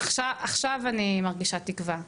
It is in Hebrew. עכשיו אני מרגישה תקווה.